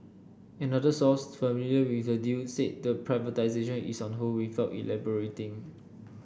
another source familiar with the deal said the privatisation is on hold without elaborating